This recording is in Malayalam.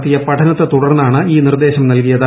നടത്തിയ പഠനത്തെ തുടർന്നാണ് ഈ നിർദേശം നൽകിയത്